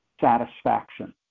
satisfaction